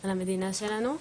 על המדינה שלנו.